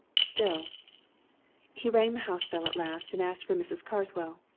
still he rang the house bell at last and asked for mrs. carswell.